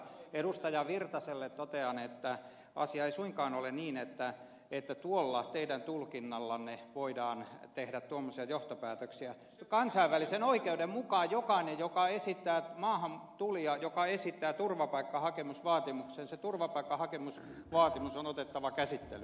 pertti virtaselle totean että asia ei suinkaan ole niin että tuolla teidän tulkinnallanne voidaan tehdä tuommoisia johtopäätöksiä ja kansainvälisen oikeuden mukaan jokaisen maahantulijan osalta joka esittää turvapaikkahakemuksen turvapaikkahakemus on otettava käsittelyyn